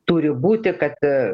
turi būti kad